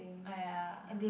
!aiya!